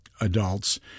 adults